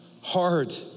hard